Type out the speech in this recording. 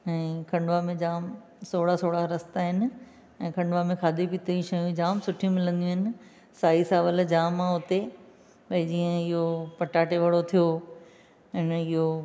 ऐं खंडवा में जामु सोड़हा सोड़हा रस्ता आहिनि ऐं खंडवा में खाधे पीते जी शयूं जामु सुठी मिलंदियूं आहिनि साई सावल जामु आहे उते बई जीअं इहो पटाटे वड़ो थियो ऐं इहो